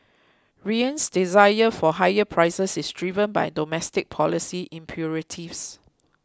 Riyadh's desire for higher prices is driven by domestic policy imperatives